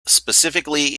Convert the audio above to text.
specifically